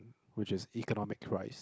which is economic rice